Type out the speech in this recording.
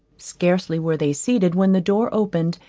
scarcely were they seated when the door opened,